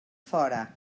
fora